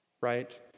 Right